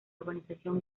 urbanización